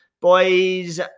Boys